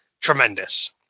Tremendous